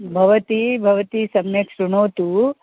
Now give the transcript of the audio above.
भवती भवती सम्यक् श्रुणोतु